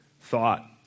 thought